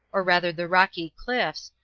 or rather the rocky cliffs,